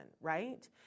right